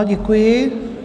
Děkuji.